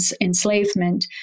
enslavement